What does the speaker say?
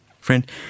Friend